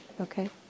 okay